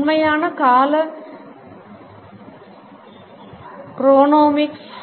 உண்மையான கால ஃக்ரோனேமிக்ஸ்